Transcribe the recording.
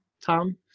tom